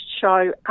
show